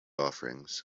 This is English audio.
offerings